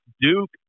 Duke